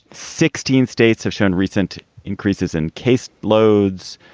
sixteen states have shown recent increases in case loads.